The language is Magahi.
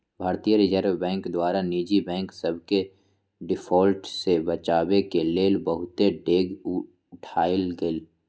भारतीय रिजर्व बैंक द्वारा निजी बैंक सभके डिफॉल्ट से बचाबेके लेल बहुते डेग उठाएल गेल